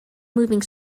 moving